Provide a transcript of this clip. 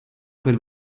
per